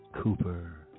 Cooper